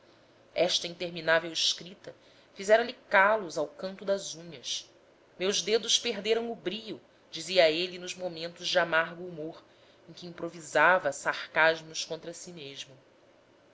esta interminável escrita fizera-lhe calos ao canto das unhas meus dedos perderam o brio dizia ele nos momentos de amargo humor em que improvisava sarcasmos contra si mesmo